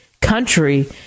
country